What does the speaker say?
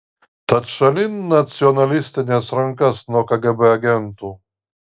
tad šalin nacionalistines rankas nuo kgb agentų